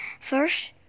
First